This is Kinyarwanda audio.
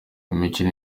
imikino